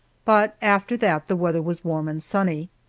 but after that the weather was warm and sunny.